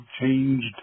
changed